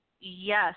Yes